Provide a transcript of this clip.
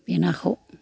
बे नाखौ